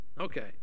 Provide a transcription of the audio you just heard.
Okay